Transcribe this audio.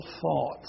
thoughts